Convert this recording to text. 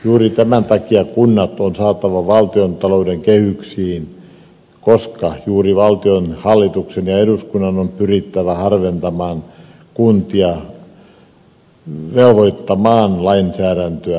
juuri tämän takia kunnat on saatava valtiontalouden kehyksiin koska juuri valtion hallituksen ja eduskunnan on pyrittävä harventamaan kuntia velvoittavaa lainsäädäntöä